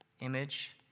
image